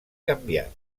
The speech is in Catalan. canviat